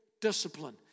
discipline